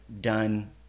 done